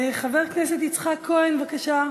חבר הכנסת יצחק כהן, בבקשה.